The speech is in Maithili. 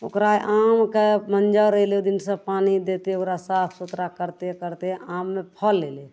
ओकरा आमके मञ्जर अएलै ओहि दिनसे पानि दैते ओकरा साफ सुथरा करिते करिते आममे फल अएलै